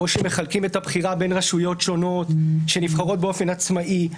או שמחלקים את הבחירה בין רשויות שונות שנבחרות באופן עצמאי,